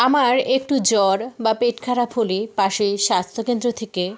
আমার একটু জ্বর বা পেট খারাপ হলে পাশে স্বাস্থ্যকেন্দ্র থেকে